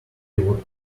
what